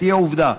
תהיה עובדה.